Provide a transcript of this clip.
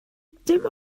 dim